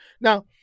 Now